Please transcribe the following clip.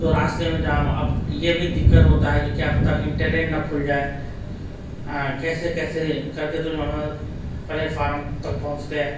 تو راستے میں جام اب یہ بھی دقت ہوتا ہے کہ کیا پتہ کہیں ٹرین نہ کھل جائے کیسے کیسے کر کے تو جو ہے نا پلیٹ فارم تک پہنچتے ہیں